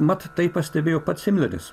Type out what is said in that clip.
mat tai pastebėjo pats emiulis